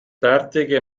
bärtige